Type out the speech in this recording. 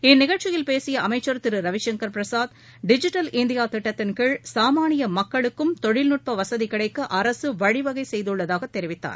இந்நிகழ்ச்சியில் பேசிய அமைச்சர் திருரவிசங்கர் பிரசாத் டிஜிட்டல் இந்தியா திட்டத்தின் கீழ் சாமானிய மக்களுக்கும் தொழில்நுட்ப வசதி கிடைக்க அரசு வழிவகை செய்துள்ளதாக தெரிவித்தார்